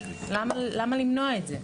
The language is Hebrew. למה למנוע את זה?